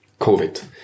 COVID